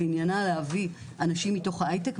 שעניינה להביא אנשים מתוך ההייטק,